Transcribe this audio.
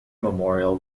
memorial